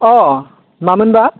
अह मामोनबा